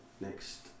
next